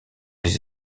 les